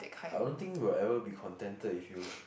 I don't think we'll ever be contented if you